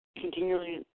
Continually